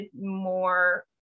more